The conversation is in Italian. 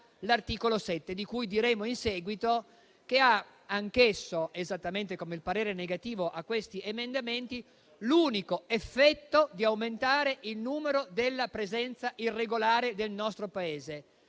l'articolo 7, di cui diremo in seguito, che ha anch'esso - esattamente come il parere negativo a questi emendamenti - l'unico effetto di aumentare il numero della presenza irregolare nel nostro Paese,